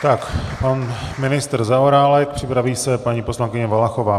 Tak pan ministr Zaorálek, připraví se paní poslankyně Valachová.